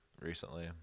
recently